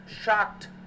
shocked